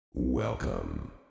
Welcome